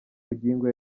bugingo